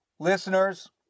Listeners